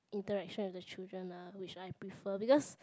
interaction with the children lah which I prefer because